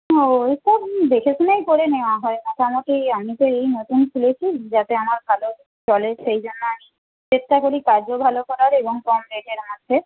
না ওই সব দেখেশুনেই করে নেওয়া হয় কেন না আমি তো এই নতুন খুলেছি যাতে আমার ভালো চলে সেই জন্য আমি চেষ্টা করি কাজও ভালো করার এবং কম রেটের মধ্যে